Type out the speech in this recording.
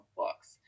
books